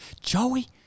Joey